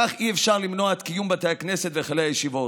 כך אי-אפשר למנוע את קיום בתי הכנסת והיכלי הישיבות.